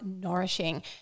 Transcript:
nourishing